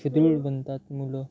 सुदृढ बनतात मुलं